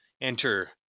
enter